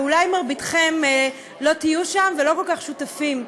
ואולי מרביתכם לא תהיו שם ולא כל כך שותפים לעניין,